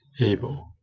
able